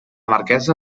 marquesa